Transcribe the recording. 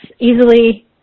easily